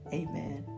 amen